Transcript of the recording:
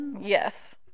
Yes